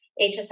HSI